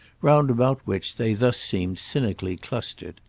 round about which they thus seemed cynically clustered.